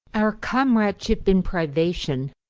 our com radeship in privation,